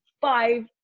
five